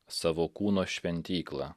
savo kūno šventyklą